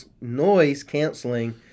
noise-canceling